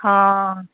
অঁ